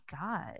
god